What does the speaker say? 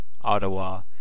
Ottawa